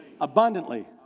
Abundantly